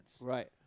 right